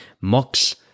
mocks